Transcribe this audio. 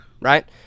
right